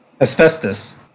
Asbestos